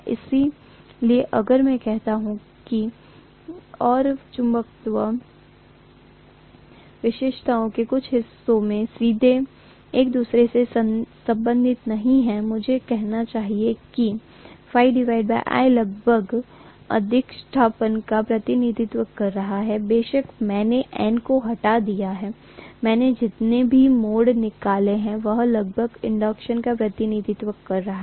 इसलिए अगर मैं कहता हूं कि phi और I चुंबकत्व विशेषताओं के कुछ हिस्सों में सीधे एक दूसरे से संबंधित नहीं हैं मुझे कहना चाहिए कि Iलगभग अधिष्ठापन का प्रतिनिधित्व कर रहा है बेशक मैंने N को हटा दिया है मैंने जितने भी मोड़ निकाले हैं वह लगभग इंडक्शन का प्रतिनिधित्व कर रहा है